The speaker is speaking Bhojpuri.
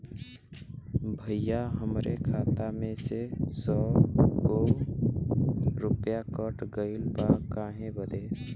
भईया हमरे खाता मे से सौ गो रूपया कट गइल बा काहे बदे?